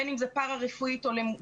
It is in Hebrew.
בין אם זאת פרה-רפואית או לימודית,